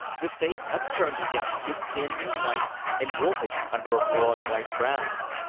the face upturned to him was thin and white and wolfish under a broad white brow.